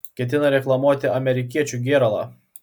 ketinta reklamuoti amerikiečių gėralą